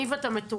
ניב, אתה מתורגל.